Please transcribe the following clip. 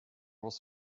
was